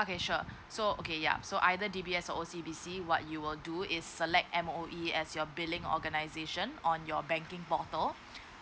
okay sure so okay ya so either D_B_S or O_C_B_C what you will do is select M_O_E as your billing organisation on your banking portal